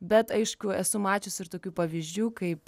bet aišku esu mačius tokių pavyzdžių kaip